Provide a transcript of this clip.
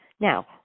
Now